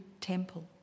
temple